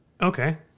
Okay